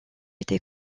était